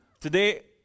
today